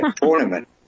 tournament